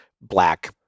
black